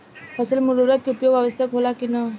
फसल में उर्वरक के उपयोग आवश्यक होला कि न?